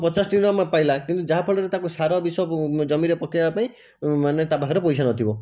ପଚାଶଟି ଟଙ୍କା ପାଇଲା କିନ୍ତୁ ଯାହା ଫଳରେ ତାକୁ ସାର ବିଷ ଜମିରେ ପକେଇବା ପାଇଁ ମାନେ ତା ପାଖରେ ପଇସା ନଥିବ